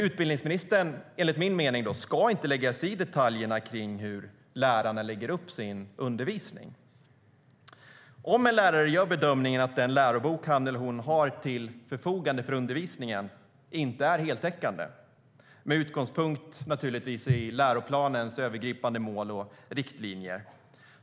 Enligt min mening ska inte utbildningsministern lägga sig i detaljerna kring hur lärarna lägger upp sin undervisning. Låt oss säga att en lärare gör bedömningen att den lärobok han eller hon har till sitt förfogande för undervisningen inte är heltäckande med utgångspunkt, naturligtvis, i läroplanens övergripande mål och riktlinjer.